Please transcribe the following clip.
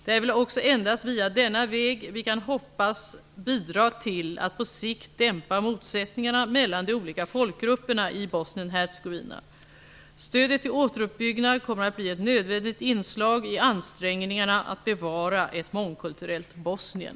Det är väl också endast via denna väg vi kan hoppas bidra till att på sikt dämpa motsättningarna mellan de olika folkgrupperna i Bosnien-Hercegovina. Stödet till återuppbyggnad kommer att bli ett nödvändigt inslag i ansträngningarna att bevara ett mångkulturellt Bosnien.